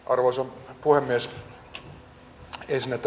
ensinnä tähän nato asiaan